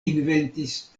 inventis